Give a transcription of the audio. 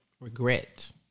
regret